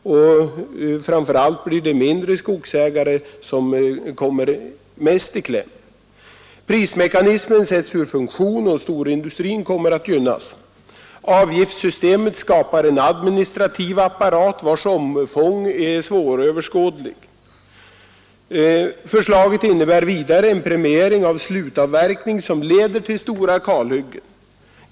Framför allt blir det mindre skogsägare som kommer mest i kläm. Prismekanismen sätts vidare ur funktion, och storindustrin kommer att gynnas. Avgiftssystemet skapar en administrativ apparat vars omfång är svåröverskådlig. Förslaget innebär vidare en premiering av slutavverkning som leder till stora kalhyggen.